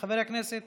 חבר הכנסת